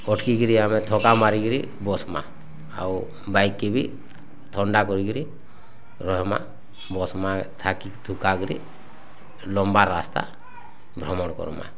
ଅଟକିରି ଥକା ମାରିକିରି ବସ୍ମା ଆଉ ବାଇକ୍ କେ ବି ଥଣ୍ଡା କରିକିରି ରହ୍ମା ବସ୍ମା ଥାକି ଥୁକା କରି ଲମ୍ବା ରାସ୍ତା ଭ୍ରମଣ କର୍ମା